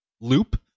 loop